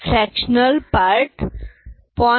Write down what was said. fractional part 0